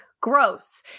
gross